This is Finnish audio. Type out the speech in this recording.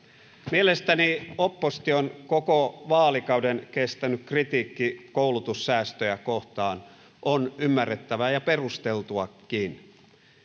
mielestäni opposition koko vaalikauden kestänyt kritiikki koulutussäästöjä kohtaan on ymmärrettävää ja perusteltuakin